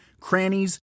crannies